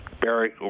Barry